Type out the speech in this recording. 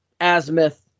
azimuth